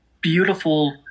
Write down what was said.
beautiful